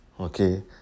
Okay